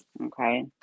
okay